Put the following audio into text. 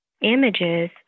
images